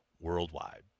worldwide